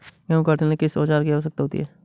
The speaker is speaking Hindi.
गेहूँ काटने के लिए किस औजार की आवश्यकता होती है?